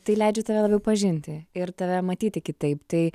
tai leidžia tave labiau pažinti ir tave matyti kitaip tai